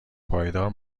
پایدار